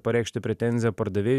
pareikšti pretenziją pardavėjui